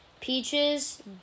Peaches